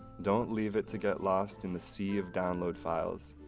don't leave it to get lost in the sea of download files,